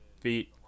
feet